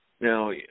Now